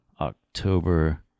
October